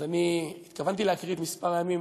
אז אני התכוונתי להקריא את מספר הימים,